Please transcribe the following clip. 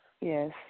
Yes